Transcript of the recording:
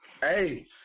Hey